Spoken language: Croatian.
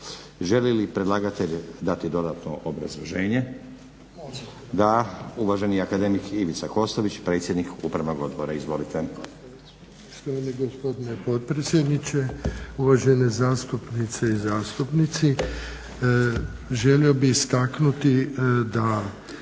Želi li predlagatelj dati dodatno obrazloženje? Da. Uvaženi akademik Ivica Kostović, predsjednik Upravnog odbora. Izvolite. **Kostović, Ivica (HDZ)** Poštovani gospodine potpredsjedniče, uvažene zastupnice i zastupnici. Želio bi istaknuti da